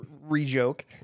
re-joke